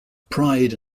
pride